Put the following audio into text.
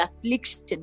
affliction